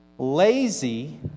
Lazy